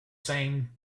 same